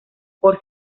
por